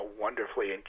wonderfully